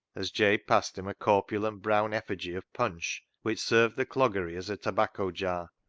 as jabe passed him a corpulent brown effigy of punch, which served the cloggery as a tobacco jar.